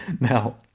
Now